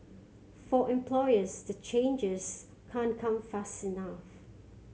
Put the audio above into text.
for employers the changes can't come fast enough